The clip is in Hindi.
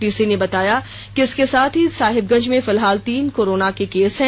डीसी ने बताया कि इसके साथ साहिबगंज में फिलहाल तीन कोरोना के केस हैं